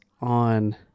on